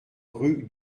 rue